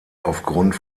aufgrund